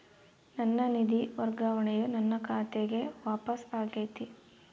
ನನ್ನ ನಿಧಿ ವರ್ಗಾವಣೆಯು ನನ್ನ ಖಾತೆಗೆ ವಾಪಸ್ ಆಗೈತಿ